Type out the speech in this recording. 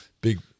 big